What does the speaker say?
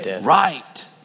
Right